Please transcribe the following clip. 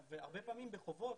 הרבה פעמים בחובות,